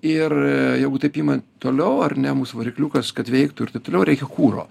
ir jeigu taip ima toliau ar ne mūsų varikliukas kad veiktų ir taip toliau reikia kuro